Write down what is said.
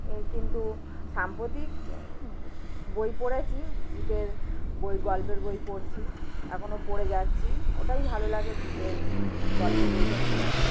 এই কিন্তু সাম্প্রতিক বই পড়েছি ভূতের বই গল্পের বই পড়ছি এখনও পড়ে যাচ্ছি ওটাই ভালো লাগে ভূতের গল্পের বইটা পড়তে